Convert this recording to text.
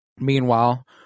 Meanwhile